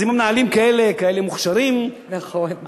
אז אם המנהלים כאלה מוכשרים, נכון.